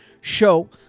show